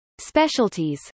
specialties